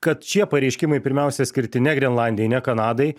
kad šie pareiškimai pirmiausia skirti ne grenlandijai ne kanadai